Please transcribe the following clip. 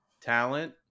talent